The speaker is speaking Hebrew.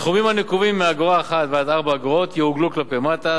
סכומים הנקובים מאגורה אחת ועד 4 אגורות יעוגלו כלפי מטה.